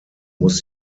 muss